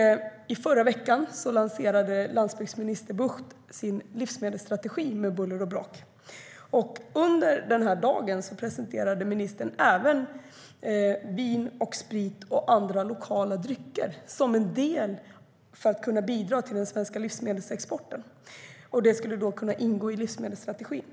I förra veckan lanserade landsbygdsminister Bucht sin livsmedelsstrategi med buller och brak. Den dagen presenterade ministern även vin, sprit och andra lokala drycker som ett bidrag till den svenska livsmedelsexporten. Det skulle då kunna ingå i livsmedelsstrategin.